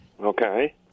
Okay